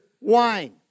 wine